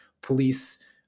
police